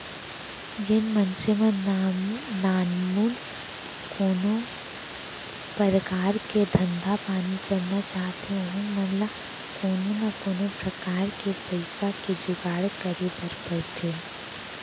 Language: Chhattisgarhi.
जेन मनसे मन नानमुन कोनो परकार के धंधा पानी करना चाहथें ओहू मन ल कोनो न कोनो प्रकार ले पइसा के जुगाड़ करे बर परथे